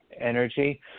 energy